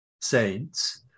saints